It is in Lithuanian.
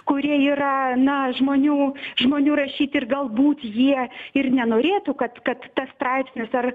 kurie yra na žmonių žmonių rašyti ir galbūt jie ir nenorėtų kad kad tas straipsnis ar